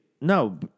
no